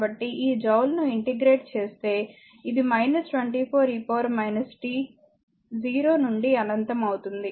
కాబట్టి ఈ జూల్ ను ఇంటిగ్రేట్ చేస్తే ఇది 24 e t 0 నుండి అనంతం అవుతుంది